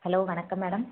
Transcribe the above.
hello வணக்கம் madam